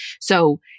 So-